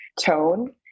tone